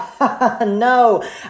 no